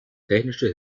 technische